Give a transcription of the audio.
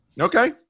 Okay